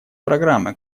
программы